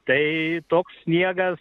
tai toks sniegas